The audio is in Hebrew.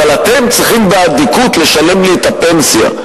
אבל אתם צריכים באדיקות לשלם לי את הפנסיה.